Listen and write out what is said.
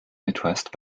midwest